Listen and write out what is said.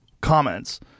comments